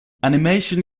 animation